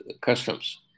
customs